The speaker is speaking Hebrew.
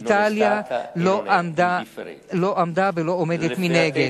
איטליה לא עמדה ולא עומדת מנגד.